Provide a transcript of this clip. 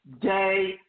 day